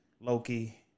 Loki